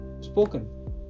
spoken